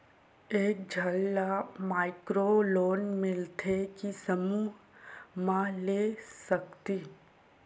एक झन ला माइक्रो लोन मिलथे कि समूह मा ले सकती?